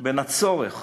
בין הצורך